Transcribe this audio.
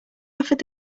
offered